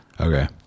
Okay